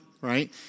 right